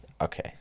okay